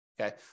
Okay